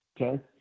okay